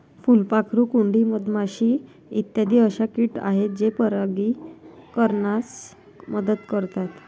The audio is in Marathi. फुलपाखरू, कुंडी, मधमाशी इत्यादी अशा किट आहेत जे परागीकरणास मदत करतात